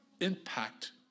impact